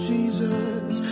Jesus